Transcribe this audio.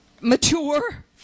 mature